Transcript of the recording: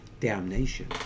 damnation